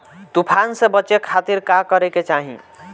तूफान से बचे खातिर का करे के चाहीं?